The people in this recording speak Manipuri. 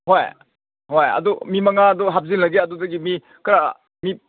ꯍꯣꯏ ꯍꯣꯏ ꯑꯗꯣ ꯃꯤ ꯃꯉꯥꯗꯣ ꯍꯥꯞꯆꯤꯜꯂꯒꯦ ꯑꯗꯨꯗꯒꯤ ꯃꯤ ꯈꯔ ꯃꯤ